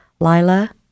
Lila